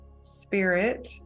spirit